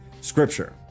scripture